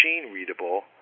machine-readable